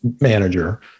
manager